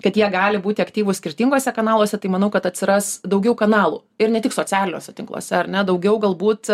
kad jie gali būti aktyvūs skirtinguose kanaluose tai manau kad atsiras daugiau kanalų ir ne tik socialiniuose tinkluose ar ne daugiau galbūt